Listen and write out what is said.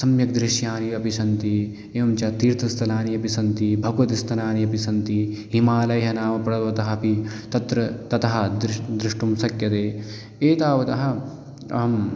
सम्यक् दृश्याणि अपि सन्ति एवं च तीर्थस्थलानि अपि सन्ति भगवद्स्थलानि अपि सन्ति हिमालयनाम पर्वतः अपि तत्र तथः दृ द्रष्टुं शक्यते एतावत् अहम्